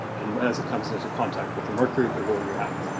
and as it comes into contact with the mercury it will react.